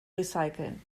recyceln